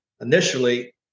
initially